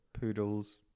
Poodles